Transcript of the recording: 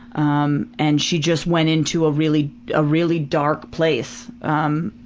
um and she just went into a really ah really dark place. um